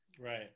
Right